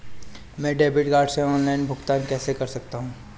मैं debit card से online भुगतान कैसे कर सकता हूँ?